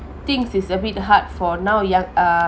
things is a bit hard for now young uh